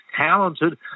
talented